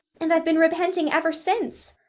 and i've been repenting ever since.